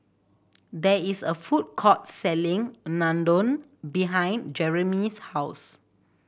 there is a food court selling Unadon behind Jermey's house